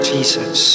Jesus